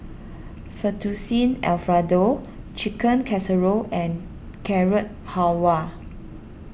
Fettuccine Alfredo Chicken Casserole and Carrot Halwa